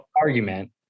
argument